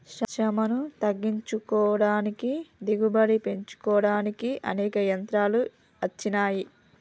శ్రమను తగ్గించుకోడానికి దిగుబడి పెంచుకోడానికి అనేక యంత్రాలు అచ్చినాయి